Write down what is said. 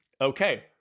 Okay